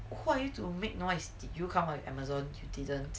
who are you to make noise did you come on Amazon you didn't